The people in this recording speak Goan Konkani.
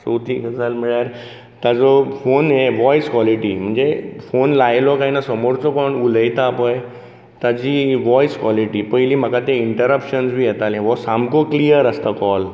चवथी गजाल म्हळ्यार ताजो फोन हे वॉयस कॉलीटी म्हणजे फॉन लायलो काय ना समोरचो कोण उलयता पळय ताजी वॉयस कॉलीटी पयली म्हाका ते इंटरपशन बी येताले हो सामको क्लियर आसता कॉल